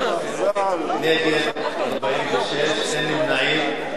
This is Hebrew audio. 23, נגד, 46, ואין נמנעים.